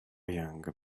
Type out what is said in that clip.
young